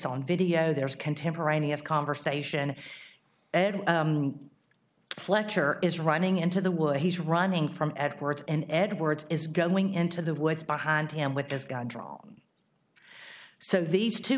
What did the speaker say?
on video there's contemporaneous conversation fletcher is running into the woods he's running from edwards and edwards is going into the woods behind him with his gun drawn so these two